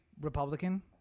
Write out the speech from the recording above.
Republican